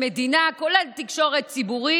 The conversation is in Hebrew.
כול, חברת הכנסת גוטליב,